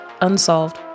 unsolved